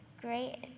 great